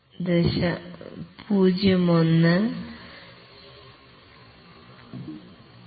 1 0